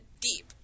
Deep